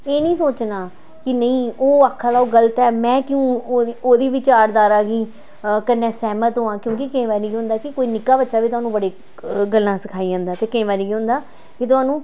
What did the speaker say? एह् निं सोचना कि नेईं ओह् आखा दा ओह् गलत ऐ में क्यों ओह्दी विचारधारा गी कन्नै सैह्मत होआं क्योंकि केईं बारी केह् होंदा कि कोई निक्का बच्चा बी थाह्नूं बड़ी गल्लां सखाई जंदा ते केईं बारी केह् होंदा कि थाह्नूं